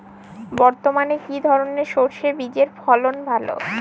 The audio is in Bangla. বর্তমানে কি ধরনের সরষে বীজের ফলন ভালো?